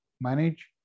manage